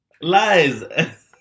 Lies